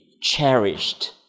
cherished